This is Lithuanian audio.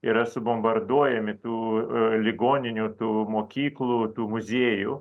yra subombarduojami tų ligoninių tų mokyklų muziejų